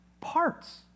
parts